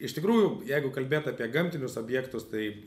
iš tikrųjų jeigu kalbėt apie gamtinius objektus tai